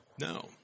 No